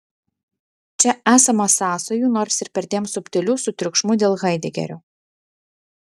čia esama sąsajų nors ir perdėm subtilių su triukšmu dėl haidegerio